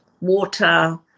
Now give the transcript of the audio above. water